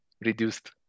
reduced